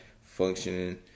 functioning